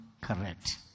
correct